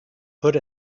put